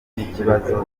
n’ikibazo